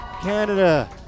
Canada